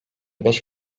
beş